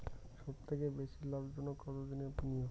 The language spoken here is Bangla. সবথেকে বেশি লাভজনক কতদিনের বিনিয়োগ?